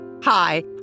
Hi